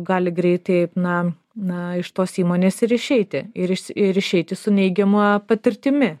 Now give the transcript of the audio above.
gali greitai na na iš tos įmonės ir išeiti ir ir išeiti su neigiama patirtimi